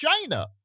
China